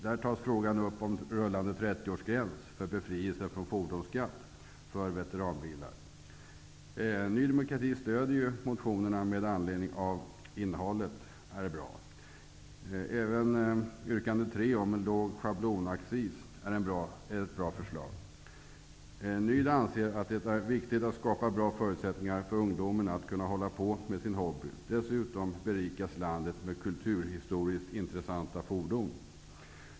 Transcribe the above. Där tas frågan om en rullande 30 Ny demokrati stöder motionerna med anledning av innehållet som är bra. Även yrkande 3 om en låg schablonaccis är ett bra förslag. Ny demokrati anser att det är viktigt att skapa bra förutsättningar för ungdomar att hålla på med sin hobby. Dessutom berikas landet med kulturhistoriskt intressanta fordon.